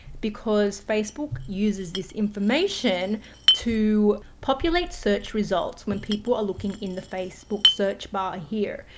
because facebook uses this information to populate search results when people are looking in the facebook search bar here.